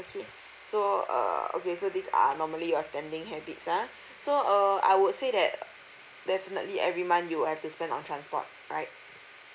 okay so err okay so these are normally your spending habits ah so uh I would say that definitely every month you have to spend on transport right